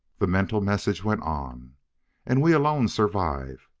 the mental message went on and we alone survive.